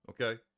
okay